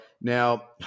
now